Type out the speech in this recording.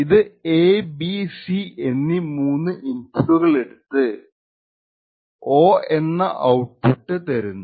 ഇത് എബിസിABC എന്നീ മൂന്ന് ഇൻപുട്ടുകൾ എടുത്തു ഓ എന്ന ഔട്ട്പുട്ട് തരുന്നു